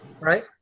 right